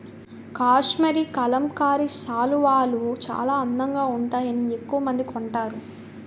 కాశ్మరీ కలంకారీ శాలువాలు చాలా అందంగా వుంటాయని ఎక్కవమంది కొంటారు